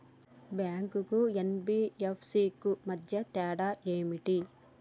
Bank కు NBFC కు మధ్య తేడా ఏమిటి?